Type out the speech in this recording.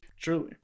truly